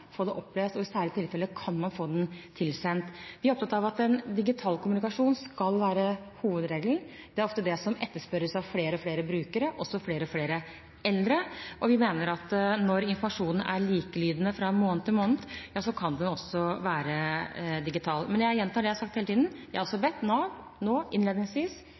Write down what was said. få den opplest, og i særlige tilfeller få den tilsendt. Vi er opptatt av at digital kommunikasjon skal være hovedregelen. Det er ofte det som etterspørres av flere og flere brukere, også flere og flere eldre, og vi mener at når informasjonen er likelydende fra måned til måned, kan den også være digital. Men jeg gjentar det jeg har sagt hele tiden: Jeg har bedt Nav om innledningsvis